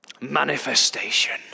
manifestation